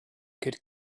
could